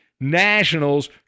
Nationals